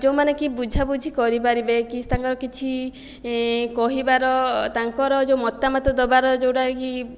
ଯେଉଁମାନେକି ବୁଝାବୁଝି କରିପାରିବେ କି ତାଙ୍କର କିଛି କହିବାର ତାଙ୍କର ଯେଉଁ ମତାମତ ଦେବାର ଯେଉଁଟାକି